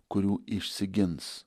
kurių išsigins